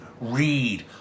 read